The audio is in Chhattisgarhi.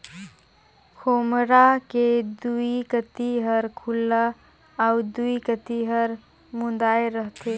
खोम्हरा के दुई कती हर खुल्ला अउ दुई कती हर मुदाए रहथे